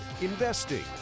investing